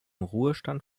ruhestand